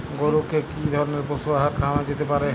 গরু কে কি ধরনের পশু আহার খাওয়ানো যেতে পারে?